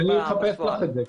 אחפש את זה.